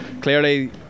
clearly